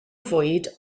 fwyd